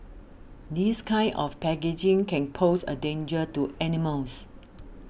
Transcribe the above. this kind of packaging can pose a danger to animals